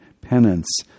penance